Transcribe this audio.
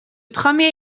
premier